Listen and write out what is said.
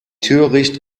töricht